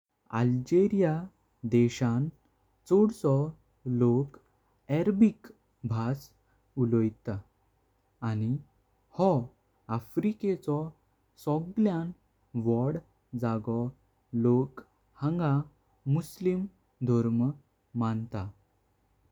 Algeria देशान चोववो लोक अरबी भाषा उलोयत। आणि ह्या आफ्रिकेचो सगळ्यान वड जगा लोक हांगा मुस्लिम धर्म मानता।